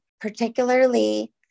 particularly